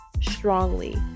strongly